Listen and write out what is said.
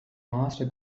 master